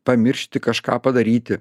pamiršti kažką padaryti